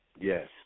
Yes